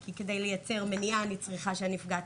כי כדי לייצר מניעה אני צריכה שהנפגעת